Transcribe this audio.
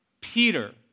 Peter